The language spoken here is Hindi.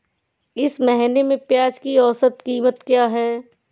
इस महीने में प्याज की औसत कीमत क्या है?